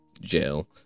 jail